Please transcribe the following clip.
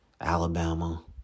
Alabama